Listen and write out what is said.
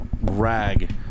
rag